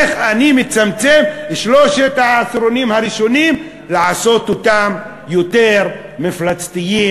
איך אני מצמצם את שלושת העשירונים הראשונים לעשות אותם יותר מפלצתיים,